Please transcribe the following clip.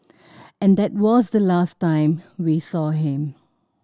and that was the last time we saw him